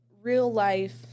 real-life